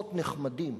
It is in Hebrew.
פחות נחמדים.